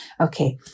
Okay